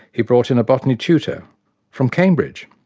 he brought in a botany tutor from cambridge.